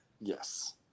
Yes